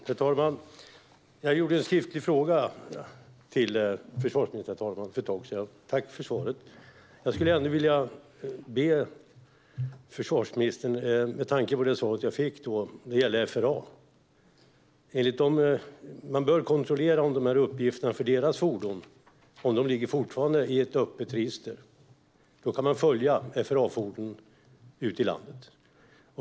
Herr talman! Jag ställde en skriftlig fråga angående FRA till försvarsministern för ett tag sedan. Tack för det svaret, försvarsministern! Med tanke på det svar jag fick skulle jag vilja be försvarsministern kontrollera om uppgifterna om deras fordon fortfarande ligger i ett öppet register. I så fall går det att följa FRA-fordon ute i landet.